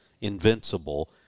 invincible